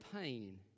pain